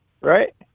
right